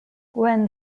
when